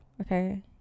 okay